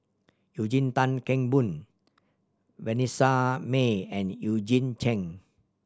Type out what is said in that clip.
Eugene Tan Kheng Boon Vanessa Mae and Eugene Chen